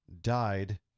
Died